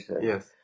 Yes